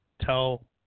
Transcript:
tell